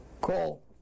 Call